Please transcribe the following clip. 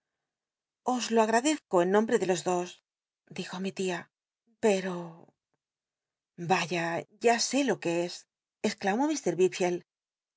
os lo ag adcz o en nombre de los dos dijo mi tia pero aya ya sé lo que es